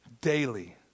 daily